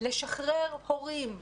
לשחרר הורים,